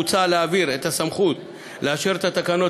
מוצע להעביר את הסמכות לאשר את התקנות